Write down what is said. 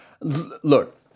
Look